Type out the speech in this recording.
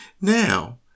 Now